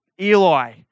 Eli